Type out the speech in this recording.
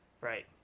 Right